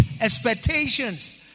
expectations